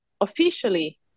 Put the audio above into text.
officially